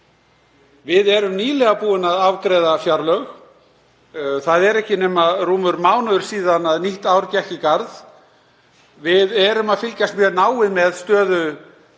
Við erum nýlega búin að afgreiða fjárlög. Það er ekki nema rúmur mánuður síðan nýtt ár gekk í garð. Við erum að fylgjast mjög náið með stöðu